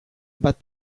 bat